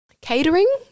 catering